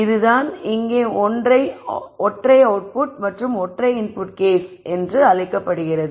இதுதான் இங்கே ஒற்றை அவுட்புட் மற்றும் ஒற்றை இன்புட் கேஸ் என அழைக்கப்படுகிறது